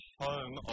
home